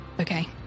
Okay